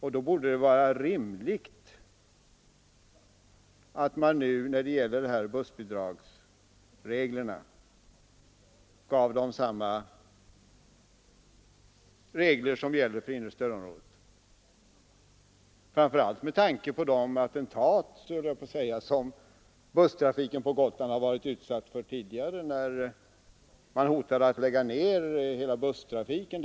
Därför borde det vara rimligt att samma regler skulle gälla för Gotland som för det inre stödområdet när det gäller bussbidrag, framför allt med tanke på de — låt mig uttrycka det så — attentat som busstrafiken på Gotland varit utsatt för tidigare. Man hotade då med att lägga ner hela bussttrafiken.